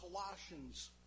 Colossians